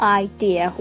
idea